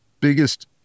biggest